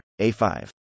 A5